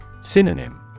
Synonym